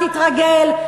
תתרגל.